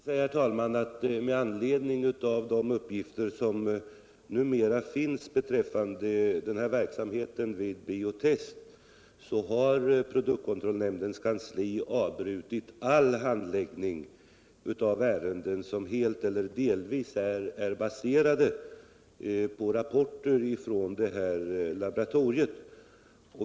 Får jag säga, herr talman, att med anledning av de uppgifter som numera finns beträffande verksamheten vid Bio-Test har produktkontrollnämndens kansli avbrutit all handläggning av ärenden som helt elter delvis är baserade på rapporter ifrån detta laboratorium.